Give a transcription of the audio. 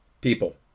people